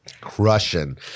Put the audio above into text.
Crushing